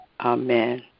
Amen